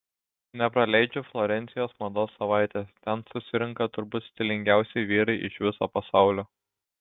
nepraleidžiu florencijos mados savaitės ten susirenka turbūt stilingiausi vyrai iš viso pasaulio